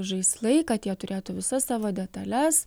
žaislai kad jie turėtų visas savo detales